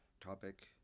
topic